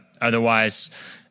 otherwise